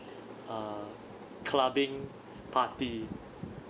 a clubbing party